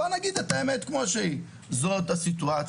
בואו נגיד את האמת כמו שהיא, זוהי הסיטואציה.